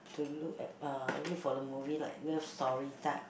to look at uh look for the movie like love story type